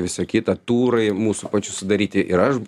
visa kita turai mūsų pačių sudaryti ir aš